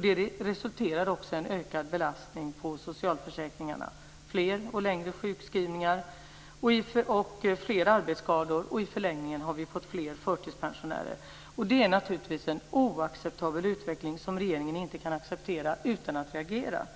Det resulterar också i en ökad belastning på socialförsäkringarna - fler och längre sjukskrivningar, fler arbetsskador och i förlängningen har vi fått fler förtidspensionärer. Detta är naturligtvis en oacceptabel utveckling. Den kan inte regeringen acceptera utan att agera.